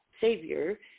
Savior